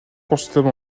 consultable